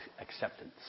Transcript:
acceptance